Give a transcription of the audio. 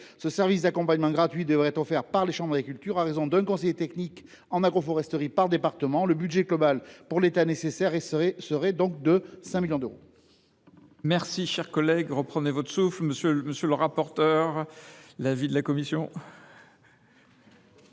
Ce service d’accompagnement gratuit devrait être offert par les chambres d’agriculture. À raison d’un conseiller technique en agroforesterie par département, le budget global pour l’État pour financer ce service serait de 5 millions d’euros.